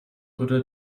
oder